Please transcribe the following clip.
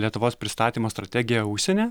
lietuvos pristatymo strategija užsieny